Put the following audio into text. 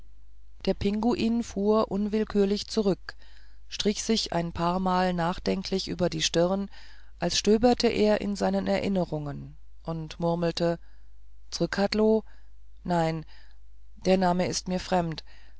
der pinguin fuhr unwillkürlich zurück strich sich ein paarmal nachdenklich über die stirn als stöberte er in seinen erinnerungen und murmelte zrcadlo nein der name ist mir fremd